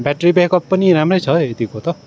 battery backup पनि राम्रै छ यतिको त